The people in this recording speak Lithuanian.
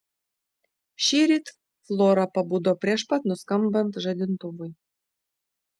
šįryt flora pabudo prieš pat nuskambant žadintuvui